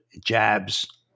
jabs